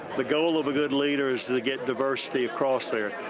the goal of a good leader is to get diversity across there,